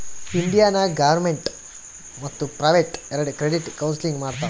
India ನಾಗ್ government ಮತ್ತ private ಎರೆಡು ಕ್ರೆಡಿಟ್ ಕೌನ್ಸಲಿಂಗ್ ಮಾಡ್ತಾವ್